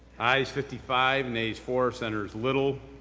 ayes fifty five, nays four, senators little,